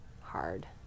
hard